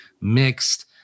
mixed